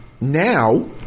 Now